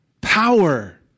power